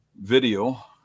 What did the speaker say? video